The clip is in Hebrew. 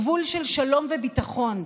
גבול של שלום וביטחון,